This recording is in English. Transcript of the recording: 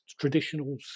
traditional